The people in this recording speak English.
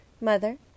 mother